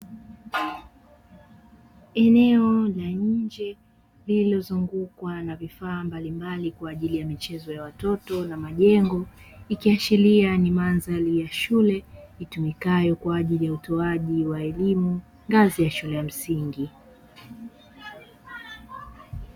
Eneo la nje lililozungukwa na vifaaa mbalimbali , kwa ajili ya michezo ya watoto na majengo, ikiashiria ni mandhari ya shule itumikayo kwa ajili ya utoaji wa elimu ngazi ya shule ya msingi.